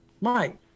Mike